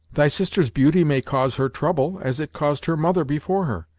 thy sister's beauty may cause her trouble, as it caused her mother before her.